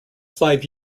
five